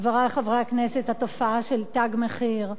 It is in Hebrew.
חברי חברי הכנסת, התופעה של "תג מחיר",